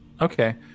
Okay